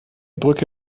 brücke